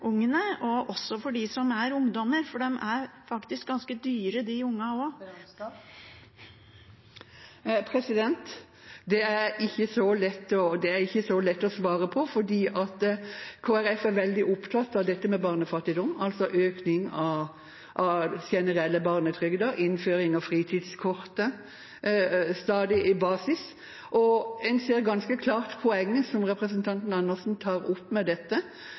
ungene, også for dem som er ungdommer? For de ungene er faktisk også ganske dyre. Det er det ikke så lett å svare på, for Kristelig Folkeparti er veldig opptatt av barnefattigdom – altså en økning av den generelle barnetrygden, innføring av fritidskortet, det er stadig en basis – og en ser ganske klart poenget som representanten Andersen tar opp.